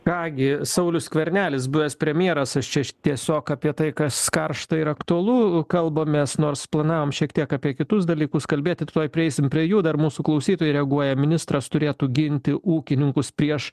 ką gi saulius skvernelis buvęs premjeras aš čia aš tiesiog apie tai kas karšta ir aktualu kalbamės nors planavom šiek tiek apie kitus dalykus kalbėti tuoj prieisime prie jų dar mūsų klausytojai reaguoja ministras turėtų ginti ūkininkus prieš